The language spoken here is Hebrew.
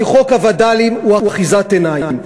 כי חוק הווד"לים הוא אחיזת עיניים.